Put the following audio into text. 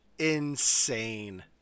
insane